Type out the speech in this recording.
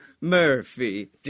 Murphy